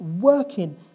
working